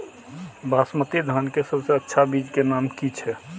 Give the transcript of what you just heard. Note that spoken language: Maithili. बासमती धान के सबसे अच्छा बीज के नाम की छे?